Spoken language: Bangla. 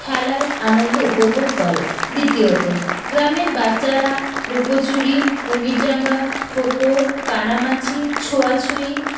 খেলার আনন্দ উপভোগ করে দ্বিতীয়ত গ্রামের বাচ্চারা লুকোচুরি কুমির ডাঙ্গা খোখো কানামাছি ছোঁয়াছুঁই